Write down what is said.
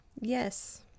yes